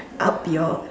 up your